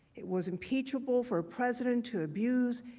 it was impeachable for a president to abuse.